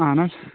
اَہن حظ